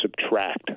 subtract